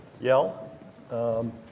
yell